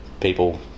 people